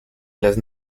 los